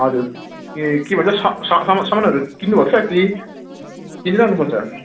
हजुर ए के भन्छ स स सामान सामानहरू किन्नु भएको छ कि किनेर आउनु पर्छ